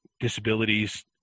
Disabilities